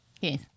Yes